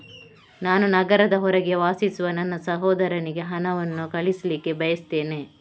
ನಾನು ನಗರದ ಹೊರಗೆ ವಾಸಿಸುವ ನನ್ನ ಸಹೋದರನಿಗೆ ಹಣವನ್ನು ಕಳಿಸ್ಲಿಕ್ಕೆ ಬಯಸ್ತೆನೆ